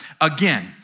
again